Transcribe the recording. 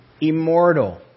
immortal